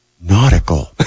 nautical